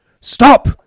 stop